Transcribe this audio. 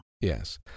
yes